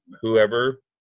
whoever